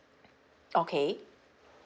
okay